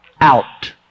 out